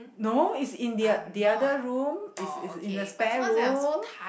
no is in the oth~ the other room it's it's in the spare room